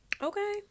okay